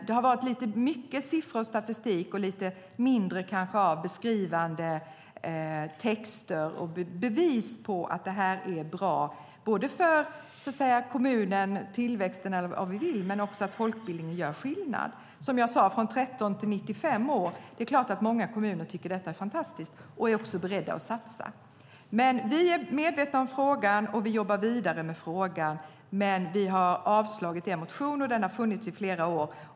Det har varit lite mycket siffror och statistik och kanske lite mindre av beskrivande texter och bevis på att det är bra för kommunen, tillväxten och så vidare och på att folkbildningen gör skillnad. Som jag sade finns det deltagare från 13 till 95 år. Det är klart att många kommuner tycker att detta är fantastiskt och också är beredda att satsa. Vi är medvetna om frågan och jobbar vidare med den, men vi avstyrker er motion. Den har funnits i flera år.